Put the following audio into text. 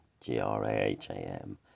G-R-A-H-A-M